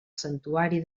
santuari